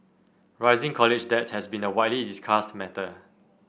rising college debt has been a widely discussed matter